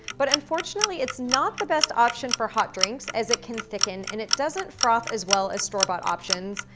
but unfortunately, it's not the best option for hot drinks as it can thicken, and it doesn't froth as well as store-bought options.